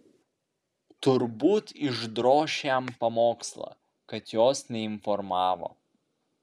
turbūt išdroš jam pamokslą kad jos neinformavo